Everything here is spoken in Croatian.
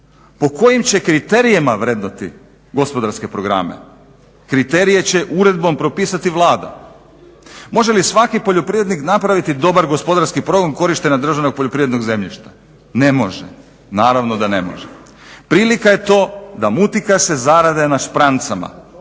Po kojim će kriterijima vrednovati gospodarske programe? Kriterije će uredbom propisati Vlada. Može li svaki poljoprivrednik napraviti dobar gospodarski program korištenja državnog poljoprivrednog zemljišta? Ne može, naravno da ne može. Prilika je to da mutikaše zarade na šprancama.